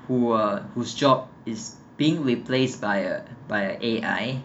who uh whose job is being replaced by uh by uh A_I